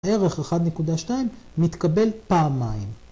ערך 1.2 מתקבל פעמיים.